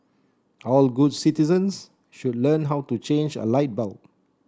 all good citizens should learn how to change a light bulb